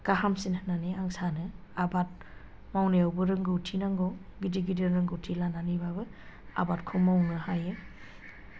गाहामसिन होननानै आं सानो आबाद मावनायावबो रोंगौथि नांगौ गिदिर गिदिर रोंगौथि लानानैब्लाबो आबादखौ मावनो हायो